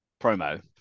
promo